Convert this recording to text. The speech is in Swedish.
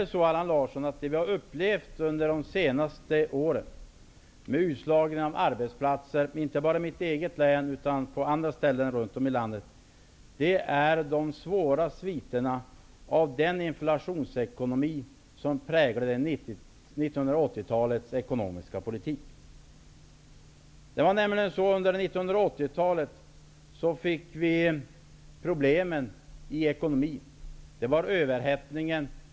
Det vi har upplevt under de senaste åren -- jag tänker på utslagningen av arbetsplatser inte bara i mitt eget län utan också på andra ställen runt om i landet -- är svåra sviter av den inflationsekonomi som präglade 1980-talets ekonomiska politik. Det var nämligen under 1980-talet som vi fick problemen i ekonomin. Det var överhettningen.